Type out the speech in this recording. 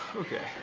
okay.